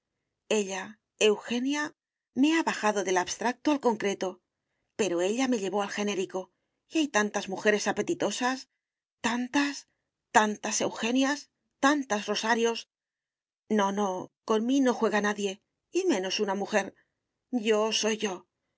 ella eugenia me ha bajado del abstracto al concreto pero ella me llevó al genérico y hay tantas mujeres apetitosas tantas tantas eugenias tantas rosarios no no con mí no juega nadie y menos una mujer yo soy yo